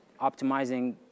optimizing